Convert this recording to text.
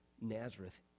Nazareth